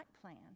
plans